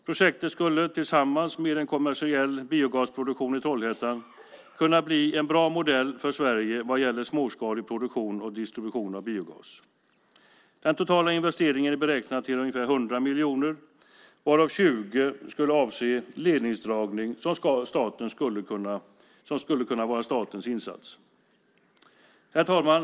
Projektet skulle tillsammans med en kommersiell biogasproduktion i Trollhättan kunna bli en bra modell för Sverige vad gäller småskalig produktion och distribution av biogas. Den totala investeringen är beräknad till ungefär 100 miljoner varav 20 miljoner skulle avse ledningsdragning som skulle kunna vara statens insats. Herr talman!